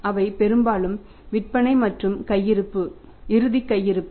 அவை பெரும்பாலும் விற்பனை மற்றும் இறுதிக் கையிருப்பு